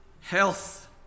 Health